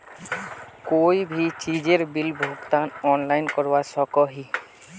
कोई भी चीजेर बिल भुगतान ऑनलाइन करवा सकोहो ही?